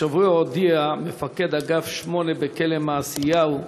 השבוע הודיע מפקד אגף 8 בכלא מעשיהו,